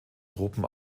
truppen